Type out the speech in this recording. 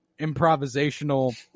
improvisational